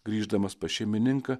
grįždamas pas šeimininką